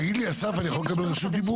תגיד לי, אני יכול לקבל רשות דיבור?